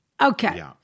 Okay